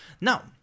Now